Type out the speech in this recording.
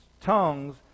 tongues